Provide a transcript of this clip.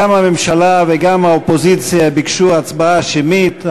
גם הממשלה וגם האופוזיציה ביקשו הצבעה שמית.